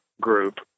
group